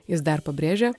jis dar pabrėžia